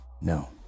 No